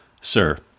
Sir